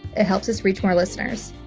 it helps us reach more listeners.